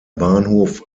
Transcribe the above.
bahnhof